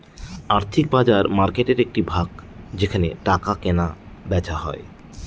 আর্থিক বাজার মার্কেটের একটি ভাগ যেখানে টাকা কেনা বেচা হয়